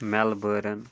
مٮ۪لبٲرٕن